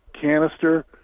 canister